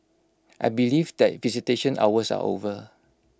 I believe that visitation hours are over